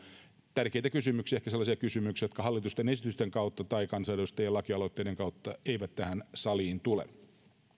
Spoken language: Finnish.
tärkeitä kysymyksiä ehkä sellaisia kysymyksiä jotka hallitusten esitysten kautta tai kansanedustajien lakialoitteiden kautta eivät tähän saliin tule